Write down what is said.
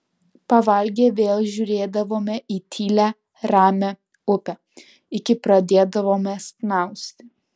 pavalgę vėl žiūrėdavome į tylią ramią upę iki pradėdavome snausti